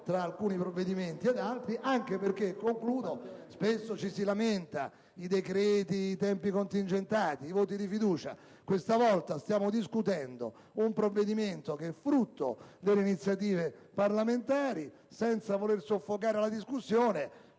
tra alcuni provvedimenti ed altri. Spesso ci si lamenta dei decreti, dei tempi contingentati e dei voti di fiducia: questa volta stiamo discutendo un provvedimento che è frutto delle iniziative parlamentari senza voler soffocare la discussione;